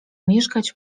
mieszkać